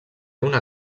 una